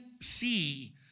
see